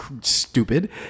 stupid